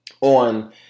on